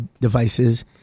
devices